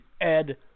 Ed